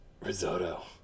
Risotto